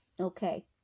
Okay